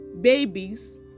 babies